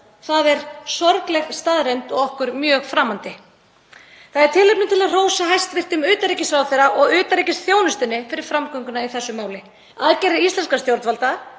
Það er sorgleg staðreynd og okkur mjög framandi. Það er tilefni til að hrósa hæstv. utanríkisráðherra og utanríkisþjónustunni fyrir framgönguna í þessu máli. Aðgerðir íslenskra stjórnvalda,